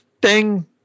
Ding